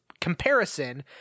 comparison